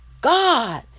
God